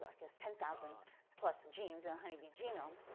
ah guess ten thousand plus genes in a honeybee genome,